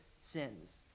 sins